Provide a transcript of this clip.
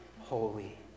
holy